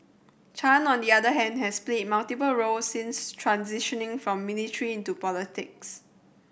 Chan on the other hand has played multiple roles since transitioning from military into politics